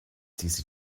diese